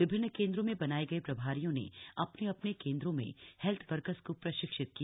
विभिन्न केंद्रों में बनाए गए प्रभारियों ने अपने अपने केंद्रों में हेल्थ वर्कर्स को प्रशिक्षित किया